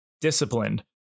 disciplined